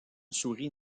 souris